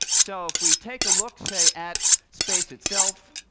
so, if we take a look, say, at space itself